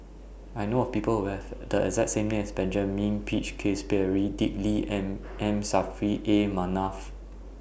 I know of People Who Have The exact same name as Benjamin Peach Keasberry Dick Lee and M Saffri A Manaf